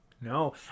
No